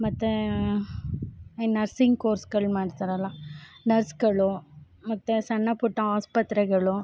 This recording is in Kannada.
ಮತ್ತೆ ನರ್ಸಿಂಗ್ ಕೋರ್ಸ್ಗಳು ಮಾಡ್ತಾರಲ್ಲ ನರ್ಸ್ಗಳು ಮತ್ತೆ ಸಣ್ಣ ಪುಟ್ಟ ಆಸ್ಪತ್ರೆಗಳು